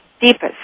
deepest